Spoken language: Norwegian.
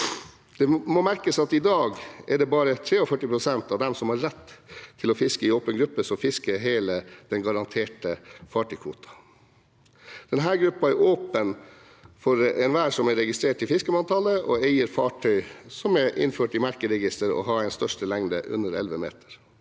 i dag er 43 pst. av dem som har rett til å fiske i åpen gruppe, som fisker hele den garanterte fartøykvoten. Denne gruppen er åpen for enhver som er registrert i fiskermanntallet og eier fartøy som er innført i merkeregisteret og har største lengde under 11 meter.